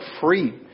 free